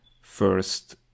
first